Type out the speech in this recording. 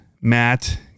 Matt